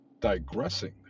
digressing